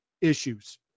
issues